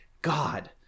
God